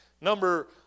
Number